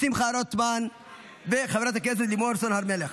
שמחה רוטמן וחברת הכנסת לימור סון הר מלך,